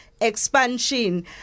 expansion